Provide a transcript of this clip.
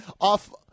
Off-